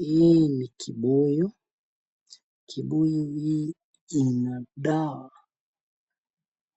Hii ni kibuyu. Kibuyu hii ina dawa